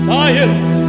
Science